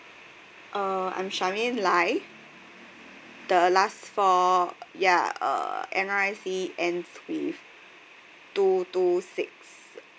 uh I'm charmaine lai the last four ya uh N_R_I_C ends with two two six